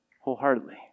wholeheartedly